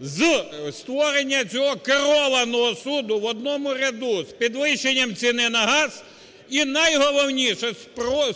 з створення цього керованого суду в одному ряду з підвищенням ціни на газ і найголовніше